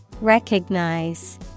Recognize